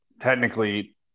Technically